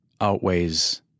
outweighs